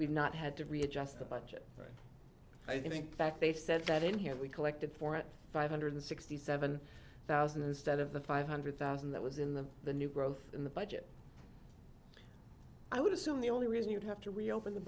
not had to readjust the budget i think that they said that in here we collected four or five hundred sixty seven thousand instead of the five hundred thousand that was in the the new growth in the budget i would assume the only reason you'd have to reopen the